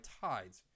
tides